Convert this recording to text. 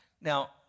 now